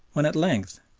when at length,